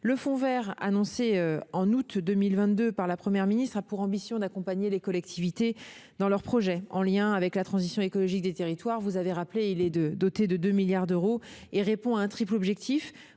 Le fonds vert, annoncé en août 2022 par la Première ministre, a pour ambition d'accompagner les collectivités dans leurs projets en lien avec la transition écologique des territoires. Il est doté de 2 milliards d'euros et répond à un triple objectif